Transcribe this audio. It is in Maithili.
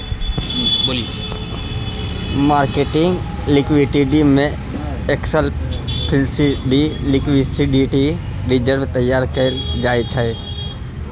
मार्केटिंग लिक्विडिटी में एक्लप्लिसिट लिक्विडिटी रिजर्व तैयार कएल जाइ छै